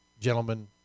gentlemen